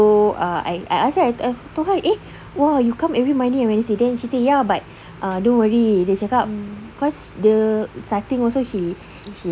so I ask her ah I told her eh !wah! you come every monday and wednesday then she said ya but ah don't worry dia cakap because the starting also she